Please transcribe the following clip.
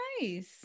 nice